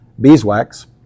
beeswax